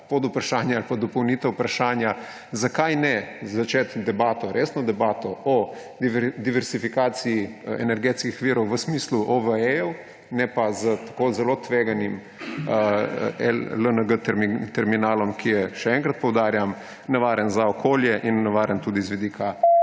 podvprašanje ali dopolnitev vprašanja: Zakaj ne začeti resne debate o diverzifikaciji energetskih virov v smislu OVE-jev? Ne pa s tako zelo tveganim terminalom LNG, ki je, še enkrat poudarjam, nevaren za okolje in nevaren tudi z vidika